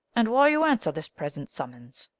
and why you answer this present summons?